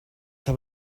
have